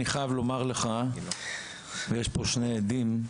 אני חייב לומר לך, ויש פה שני עדים,